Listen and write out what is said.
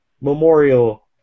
memorial